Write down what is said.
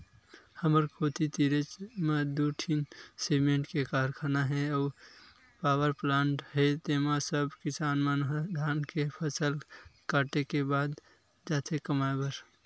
हमर कोती तीरेच म दू ठीन सिरमेंट के कारखाना हे अउ पावरप्लांट हे तेंमा सब किसान मन ह धान के फसल काटे के बाद जाथे कमाए बर